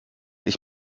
ich